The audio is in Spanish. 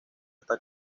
está